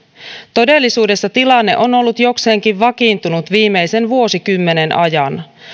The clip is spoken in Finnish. todellisuudessa tilanne on on ollut jokseenkin vakiintunut viimeisen vuosikymmenen ajan